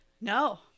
No